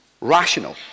rational